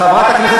חברת הכנסת